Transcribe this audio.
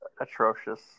Atrocious